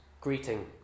greeting